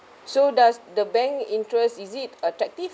so does the bank interest is it attractive